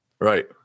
Right